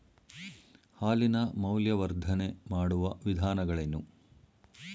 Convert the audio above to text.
ಹಾಲಿನ ಮೌಲ್ಯವರ್ಧನೆ ಮಾಡುವ ವಿಧಾನಗಳೇನು?